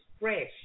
fresh